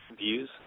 views